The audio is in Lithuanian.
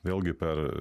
vėlgi per